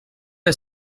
une